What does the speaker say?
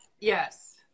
Yes